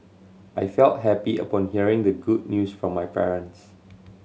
I felt happy upon hearing the good news from my parents